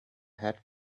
head